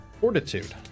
Fortitude